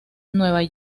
nueva